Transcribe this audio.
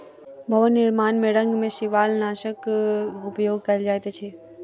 भवन निर्माण में रंग में शिवालनाशक उपयोग कयल जाइत अछि